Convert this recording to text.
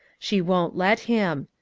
she won't let him.